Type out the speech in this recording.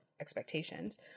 expectations